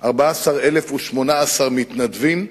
14,018 מתנדבים,